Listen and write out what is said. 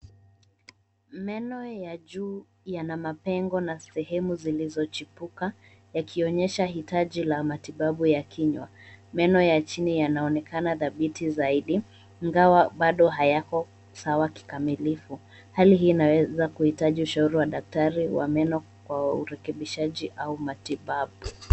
Meno ya juu yana mapengo na sehemu zilizochipuka yakionyesha hitaji la matibabu ya kinywa. Meno ya chini yanaonekana dhabiti zaidi, ingawa bado hayako sawa kikamilifu. Hali hii inaweza kuhitaji ushauri wa daktari wa meno kwa urekebishaji au matibabu.